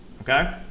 Okay